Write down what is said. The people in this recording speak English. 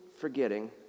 forgetting